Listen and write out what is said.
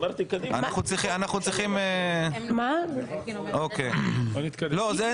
עוד אין